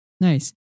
Nice